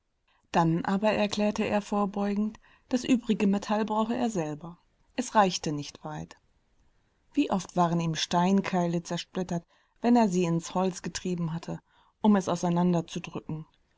dann aber erklärte er vorbeugend das übrige metall brauche er selber es reichte nicht weit wie oft waren ihm steinkeile zersplittert wenn er sie ins holz getrieben hatte um es auseinanderzudrücken